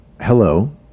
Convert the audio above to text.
hello